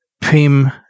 PIM